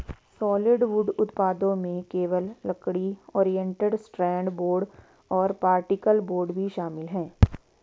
solid wood उत्पादों में केवल लकड़ी, ओरिएंटेड स्ट्रैंड बोर्ड और पार्टिकल बोर्ड भी शामिल है